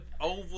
Over